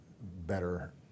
better